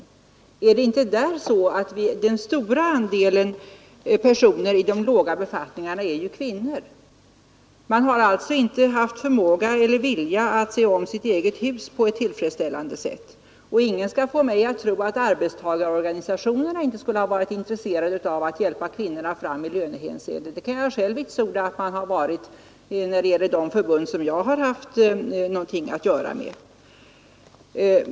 Där är det ju så att den stora andelen personer i de låga befattningarna är kvinnor. Man har alltså inte haft förmåga eller vilja att se om sitt eget hus på ett tillfredsställande sätt. Och ingen skall få mig att tro att arbetstagarorganisationerna inte skulle ha varit intresserade av att hjälpa kvinnorna fram i lönehänseende. Det kan jag själv vitsorda att man har varit när det gäller de förbund som jag har haft någonting att göra med.